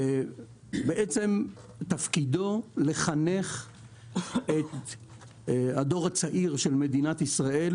תפקידו לחנך את הדור הצעיר של מדינת ישראל